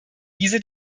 diese